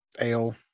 ale